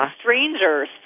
strangers